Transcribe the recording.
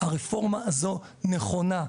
הרפורמה הזו נכונה,